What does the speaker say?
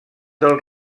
del